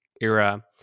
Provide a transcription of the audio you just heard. era